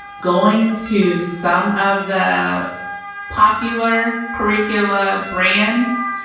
going to some of the popular curricula brands,